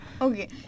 Okay